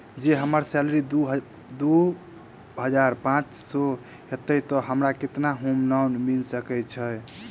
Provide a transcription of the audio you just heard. जँ हम्मर सैलरी दु हजार पांच सै हएत तऽ हमरा केतना होम लोन मिल सकै है?